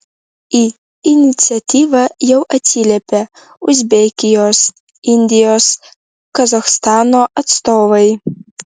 į iniciatyvą jau atsiliepė uzbekijos indijos kazachstano atstovai